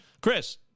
Chris